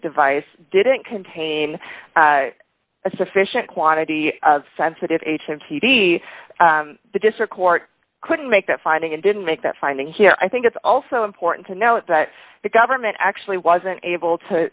device didn't contain a sufficient quantity of sensitive him he the district court couldn't make that finding and didn't make that finding here i think it's also important to note that the government actually wasn't able to